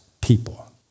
people